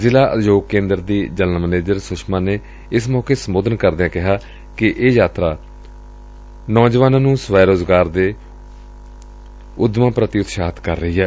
ਜ਼ਿਲ੍ਹਾ ਉਦਯੋਗ ਕੇਂਦਰ ਦੀ ਜਨਰਲ ਮੈਨੇਜਰ ਸੁਸ਼ਮਾ ਨੇ ਏਸ ਮੌਕੇ ਸੰਬੋਧਨ ਕਰਦਿਆ ਕਿਹਾ ਕਿ ਇਹ ਯਾਤਰਾ ਨੌਜਵਾਨਾ ਨੂੰ ਸਵੈ ਰੁਜ਼ਗਾਰ ਦੇ ਉਦਮ ਪ੍ਰਤੀ ਉਤਸ਼ਾਹਿਤ ਕਰ ਰਹੀ ਏ